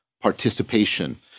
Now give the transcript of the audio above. participation